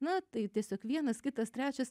na tai tiesiog vienas kitas trečias